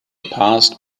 passed